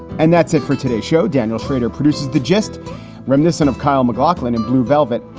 and that's it for today show, daniel shrader produces the gist reminiscent of kyle mcglocklin and blue velvet.